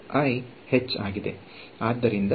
ತೂಕ ಮತ್ತು ಈ ಫಂಕ್ಷನ್ ಅನ್ನು ಮೌಲ್ಯಮಾಪನ ಮಾಡಬೇಕಾದ ಅಂಶಗಳು